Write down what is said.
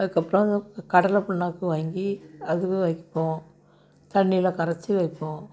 அதுக்கு அப்புறம் அது கடலை புண்ணாக்கு வாங்கி அதுக்கு வைப்போம் தண்ணியில் கரைத்து வைப்போம்